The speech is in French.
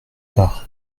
part